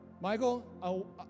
Michael